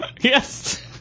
Yes